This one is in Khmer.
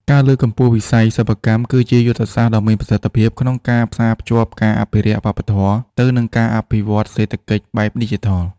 ការលើកកម្ពស់វិស័យសិប្បកម្ម គឺជាយុទ្ធសាស្ត្រដ៏មានប្រសិទ្ធភាពក្នុងការផ្សារភ្ជាប់ការអភិរក្សវប្បធម៌ ទៅនឹងការអភិវឌ្ឍសេដ្ឋកិច្ចបែបឌីជីថល។